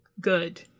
good